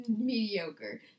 mediocre